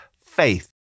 faith